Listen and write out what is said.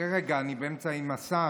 שחרר רגע, אני באמצע עם השר.